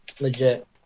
Legit